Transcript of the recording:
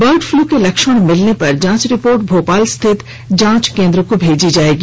bird flu के लक्षण मिलने पर जांच रिपोर्ट भेपाल स्थित जांच केन्द्र को भेजी जाएगी